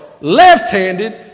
left-handed